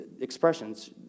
expressions